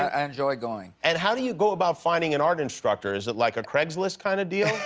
i enjoy going. and how do you go about finding an art instructor, is it like a craigslist kind of deal?